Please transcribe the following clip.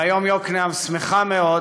והיום יוקנעם שמחה מאוד